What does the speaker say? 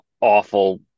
awful